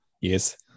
Yes